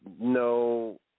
no